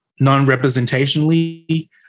non-representationally